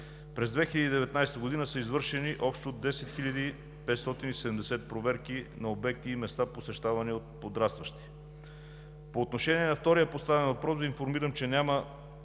През 2019 г. са извършени общо 10 570 проверки на обекти и места, посещавани от подрастващи. По отношение на втория поставен въпрос Ви информирам, че няма